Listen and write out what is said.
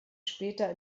später